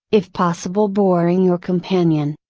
if possible boring your companion.